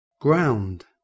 ground